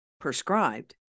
prescribed